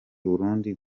burundi